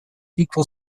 equal